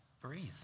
breathe